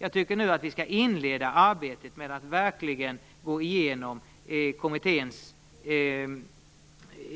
Jag tycker nu att vi skall inleda arbetet med att verkligen gå igenom kommitténs